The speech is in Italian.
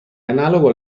analogo